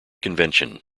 convention